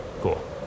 cool